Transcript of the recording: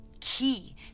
key